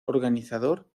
organizador